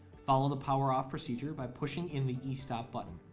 follow the power off procedure by pushing in the e-stop button,